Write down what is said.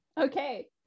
Okay